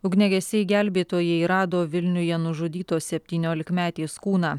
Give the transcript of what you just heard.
ugniagesiai gelbėtojai rado vilniuje nužudytos septyniolikmetės kūną